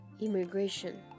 immigration